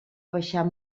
baixar